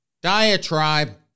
diatribe